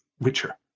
richer